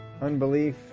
unbelief